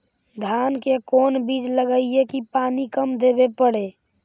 धान के कोन बिज लगईऐ कि पानी कम देवे पड़े?